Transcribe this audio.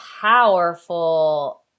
powerful